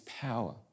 power